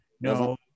No